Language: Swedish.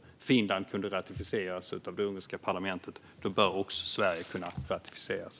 Eftersom Finlands ansökan kunde ratificeras av det ungerska parlamentet bör också Sveriges ansökan kunna ratificeras.